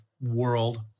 world